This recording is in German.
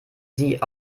sie